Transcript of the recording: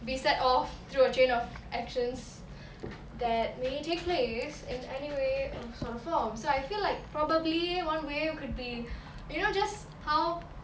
may set off through a chain of actions that may take place and anyway sorre forms so I feel like probably one way could be you know just how